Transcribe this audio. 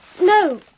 No